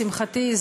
לשמחתי,